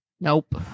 nope